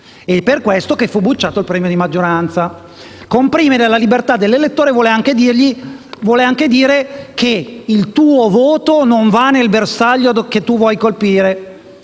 Per questo fu bocciato il premio di maggioranza. Comprimere la libertà dell'elettore vuole anche dire che il suo voto non va nel bersaglio che si vuole colpire.